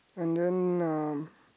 and then um